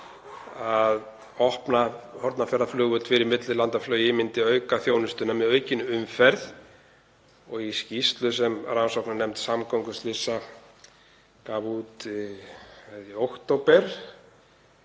að opna Hornafjarðarflugvöll fyrir millilandaflugi myndi auka þjónustu með aukinni umferð. Í skýrslu sem rannsóknarnefnd samgönguslysa gaf út í október